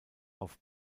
auf